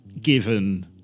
given